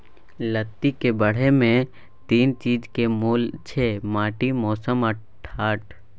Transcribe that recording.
लत्ती केर बढ़य मे तीन चीजक मोल छै माटि, मौसम आ ढाठ